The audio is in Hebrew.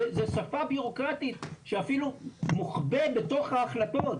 זו שפה בירוקרטית שאפילו מוחבאת בתוך ההחלטות,